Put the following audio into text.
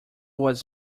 was